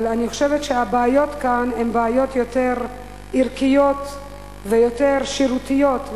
אבל אני חושבת שהבעיות כאן הן בעיות יותר ערכיות ויותר שירותיות,